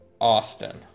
Austin